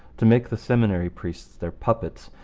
to make the seminary priests their puppets,